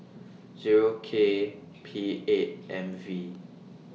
Zero K P eight M V